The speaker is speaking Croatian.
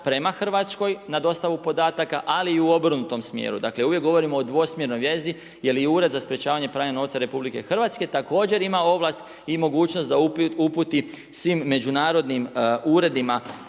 prema Hrvatskoj na dostavu podataka ali i u obrnutom smjeru. Dakle uvijek govorimo o dvosmjernoj vezi jer i Ured za sprječavanje pranja novca RH također ima ovlast i mogućnost da uputi svim međunarodnim uredima